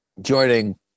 joining